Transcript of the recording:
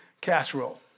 casserole